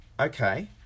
Okay